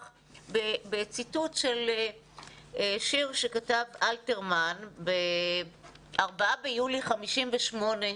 בציטוט של שיר שכתב אלתרמן ב-4 ביולי 58',